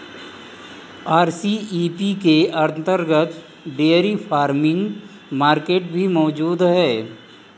RCEP के अंतर्गत dairy farming market भी मौजूद है